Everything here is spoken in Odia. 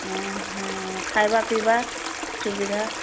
ହଁ ହଁ ଖାଇବା ପିଇବା ସୁବିଧା